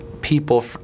people